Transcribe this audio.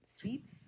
seats